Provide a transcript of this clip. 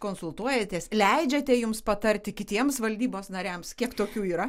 konsultuojatės leidžiate jums patarti kitiems valdybos nariams kek tokių yra